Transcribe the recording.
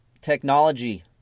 Technology